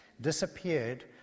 disappeared